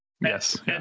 yes